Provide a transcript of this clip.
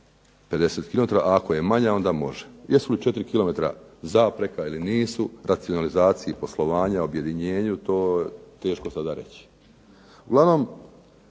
50 km, a ako je manja onda može. Jesu li 4 km zapreka ili nisu racionalizaciji poslovanja objedinjenju to je teško sada reći.